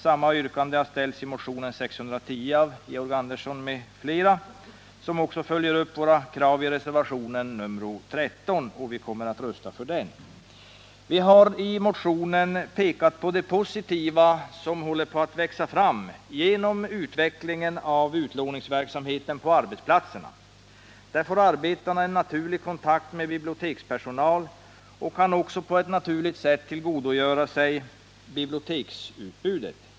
Samma yrkande har ställts i motionen 610 av Georg Andersson m.fl., som också följer upp våra krav i reservationen 13. Vi kommer att rösta för den. Vi har i motionen pekat på det positiva som nu håller på att växa fram genom utvecklingen av utlåningsverksamheten på arbetsplatser. Där får arbetarna en naturlig kontakt med bibliotekspersonal och kan också på ett naturligt sätt tillgodogöra sig biblioteksutbudet.